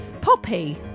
Poppy